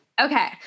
Okay